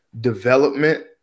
development